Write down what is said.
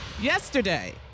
Yesterday